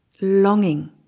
longing